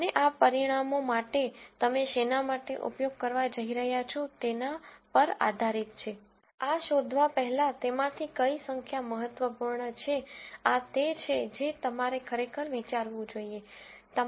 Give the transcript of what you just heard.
અને આ પરિણામો માટે તમે શેના માટે ઉપયોગ કરવા જઇ રહ્યા છો તેના પર આધારીત છે આ શોધવા પહેલાં તેમાંથી કઈ સંખ્યા મહત્વપૂર્ણ છે આ તે છે જે તમારે ખરેખર વિચારવું જોઈએ